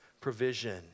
provision